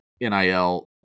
NIL